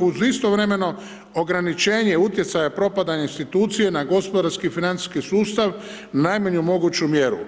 uz istovremeno ograničenje utjecaja propadanja institucije na gospodarski i financijski sustav na najmanju moguću mjeru.